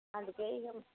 అందుకని ఇక